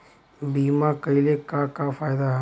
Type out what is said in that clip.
बीमा कइले का का फायदा ह?